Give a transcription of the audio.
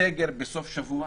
סגר בסוף שבוע,